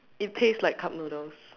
it taste like cup noodles